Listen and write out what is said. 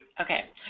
Okay